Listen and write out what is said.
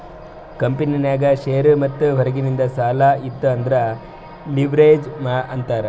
ಕಂಪನಿನಾಗ್ ಶೇರ್ ಮತ್ತ ಹೊರಗಿಂದ್ ಸಾಲಾ ಇತ್ತು ಅಂದುರ್ ಲಿವ್ರೇಜ್ ಅಂತಾರ್